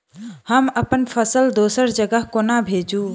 हम अप्पन फसल दोसर जगह कोना भेजू?